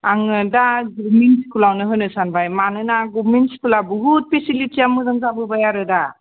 आङो दा ग्रुबनि स्क्लावनो होनो सानबाय मानोना गभमेन्ट स्कुला बहुत पिसिलिटिया मोजां जाबोबाय आरो दा